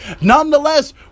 Nonetheless